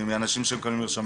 מאנשים שקונים מרשמים.